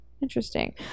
interesting